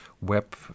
web